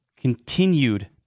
continued